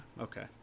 Okay